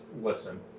listen